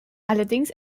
allerdings